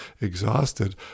exhausted